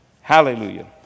Hallelujah